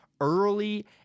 early